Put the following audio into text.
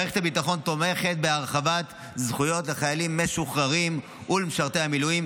מערכת הביטחון תומכת בהרחבת זכויות לחיילים משוחררים ולמשרתי המילואים,